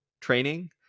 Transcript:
training